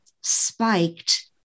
spiked